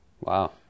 Wow